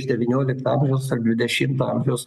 iš devyniolikto amžiaus ar dvidešimto amžiaus